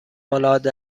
العاده